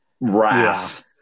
wrath